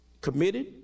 committed